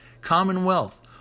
commonwealth